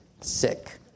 sick